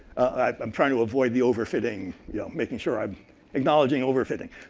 i'm trying to avoid the over fitting, you know, making sure i'm acknowledging over fitting.